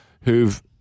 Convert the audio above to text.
who've